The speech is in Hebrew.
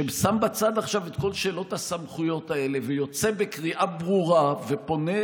ששם בצד עכשיו את כל שאלות הסמכויות האלה ויוצא בקריאה ברורה ופונה,